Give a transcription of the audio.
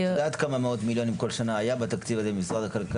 אני רוצה לתת את ההזדמנות לנציגת משרד החינוך,